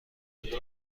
لطفا